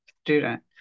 student